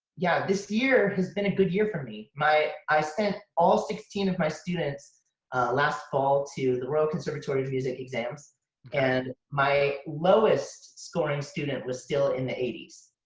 yeah, this year has been a good year for me. i sent all sixteen of my students last fall to the royal conservatory music exams and my lowest scoring student was still in the eighty s.